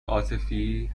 عاطفی